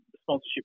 sponsorship